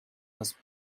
was